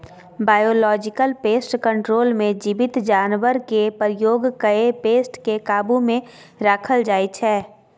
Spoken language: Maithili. बायोलॉजिकल पेस्ट कंट्रोल मे जीबित जानबरकेँ प्रयोग कए पेस्ट केँ काबु मे राखल जाइ छै